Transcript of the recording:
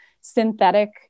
synthetic